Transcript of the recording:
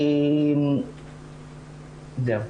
זהו.